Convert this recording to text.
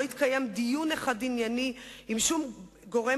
לא התקיים דיון ענייני אחד עם שום גורם